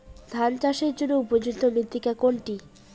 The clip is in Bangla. ধান চাষের জন্য উপযুক্ত মৃত্তিকা কোনটি?